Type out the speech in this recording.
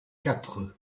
quatre